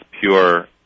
pure